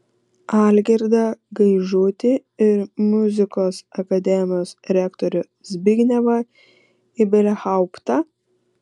algirdą gaižutį ir muzikos akademijos rektorių zbignevą ibelhauptą